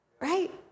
Right